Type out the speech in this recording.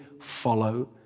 follow